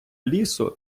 лісу